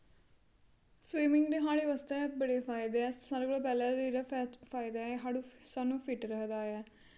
swimming दे साढ़े वास्तै बड़े फायदे ऐ सारें कोला पैह्लें ते जेह्ड़ा फै फायदा ऐ साह्नू फिट्ट रखदा ऐ